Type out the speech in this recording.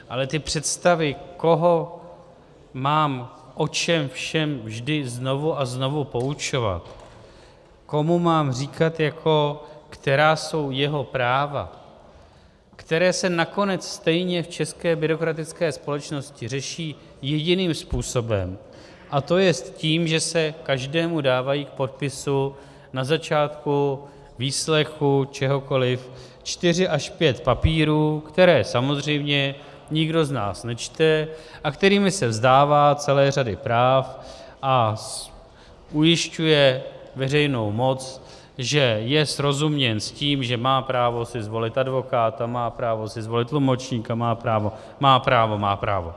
Ale představy, koho mám o čem všem vždy znovu a znovu poučovat, komu mám říkat, která jsou jeho práva, která se nakonec stejně v české byrokratické společnosti řeší jediným způsobem, to jest tím, že se každému dávají k podpisu na začátku výslechu, čehokoliv, čtyři až pět papírů, které samozřejmě nikdo z nás nečte a kterými se vzdává celé řady práv a ujišťuje veřejnou moc, že je srozuměn s tím, že má právo si zvolit advokáta, má právo si zvolit tlumočníka, má právo, má právo, má právo.